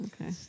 Okay